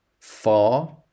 Far